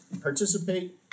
participate